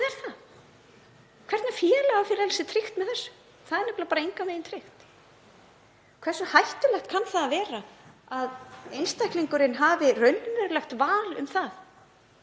galið er það? Hvernig er félagafrelsi tryggt með þessu? Það er nefnilega engan veginn tryggt. Hversu hættulegt kann það að vera að einstaklingur hafi raunverulegt val um það